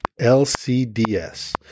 LCDS